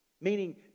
Meaning